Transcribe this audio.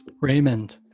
Raymond